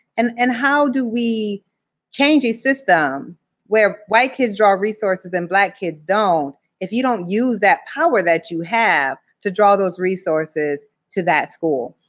and and how do we change a system where white kids draw resources and black kids don't if you don't use that power that you have to draw those resources to that school?